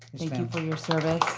you and for your service